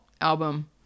album